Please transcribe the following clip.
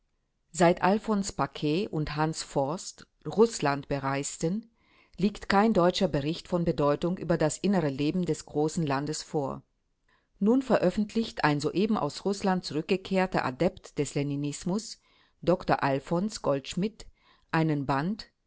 seit alfons paquet und hans vorst rußland bereisten liegt kein deutscher bericht von bedeutung über das innere leben des großen landes vor nun veröffentlicht ein soeben aus rußland zurückgekehrter adept des leninismus dr alfons goldschmidt einen band